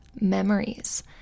memories